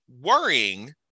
worrying